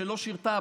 שלא שירתה,